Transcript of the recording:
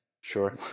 Sure